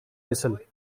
whistle